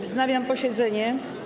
Wznawiam posiedzenie.